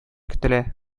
көтелә